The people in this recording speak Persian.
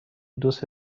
دوست